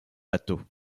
bateau